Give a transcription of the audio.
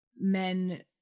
men